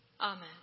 Amen